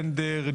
טנדר,